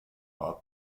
fahrt